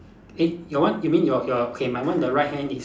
eh your one you mean your your K my one the right hand is